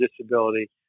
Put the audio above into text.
disability